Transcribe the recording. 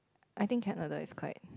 I think Canada is quite